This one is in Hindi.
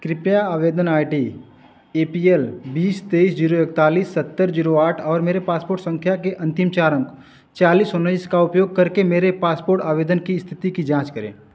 कृपया आवेदन I D A P L बीस तेइस ज़ीरो एकतालिस सत्तर ज़ीरो आठ और मेरे पासपोर्ट सँख्या के अन्तिम चार अंक चालीस उनैस का उपयोग करके मेरे पासपोर्ट आवेदन की इस्थिति की जाँच करें